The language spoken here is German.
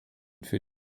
für